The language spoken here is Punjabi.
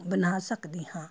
ਬਣਾ ਸਕਦੇ ਹਾਂ